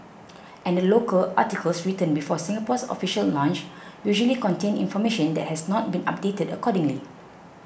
and the local articles written before Singapore's official launch usually contain information that has not been updated accordingly